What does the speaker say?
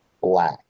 black